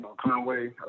Conway